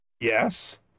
Yes